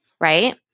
right